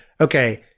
okay